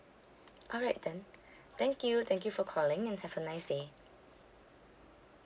alright then thank you thank you for calling and have a nice day